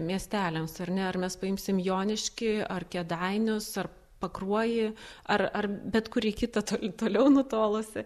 miesteliams ar ne ar mes paimsim joniškį ar kėdainius ar pakruojį ar ar bet kurį kitą tol toliau nutolusį